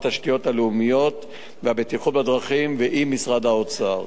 התשתיות הלאומיות והבטיחות בדרכים ועם משרד האוצר.